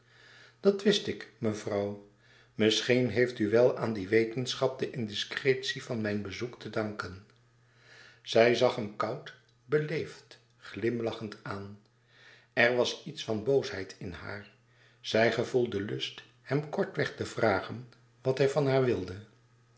dat wist ik mevrouw misschien heeft u wel aan die wetenschap de indiscretie van mijn bezoek te danken zij zag hem koud beleefd glimlachend aan er was iets van boosheid in haar zij gevoelde lust hem kortweg te vragen wat hij van haar wilde